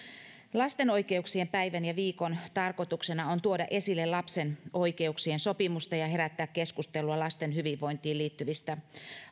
lapsen oikeuksien päivän ja viikon tarkoituksena on tuoda esille lapsen oikeuksien sopimusta ja herättää keskustelua lasten hyvinvointiin liittyvistä